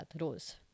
rose